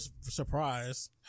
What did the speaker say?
surprise